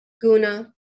guna